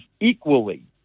equally